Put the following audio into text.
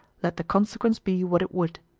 let the consequence be what it would.